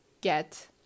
get